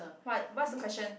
what what's the question